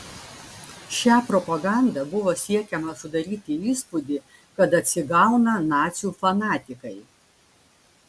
šia propaganda buvo siekiama sudaryti įspūdį kad atsigauna nacių fanatikai